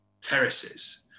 terraces